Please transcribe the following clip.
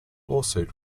lawsuit